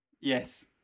Yes